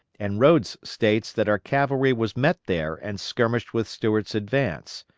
and rodes states that our cavalry was met there and skirmished with stuart's advance.